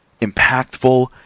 impactful